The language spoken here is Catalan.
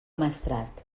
maestrat